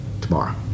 tomorrow